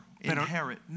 inherit